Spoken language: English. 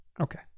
okay